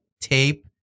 tape